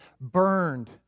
burned